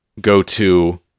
go-to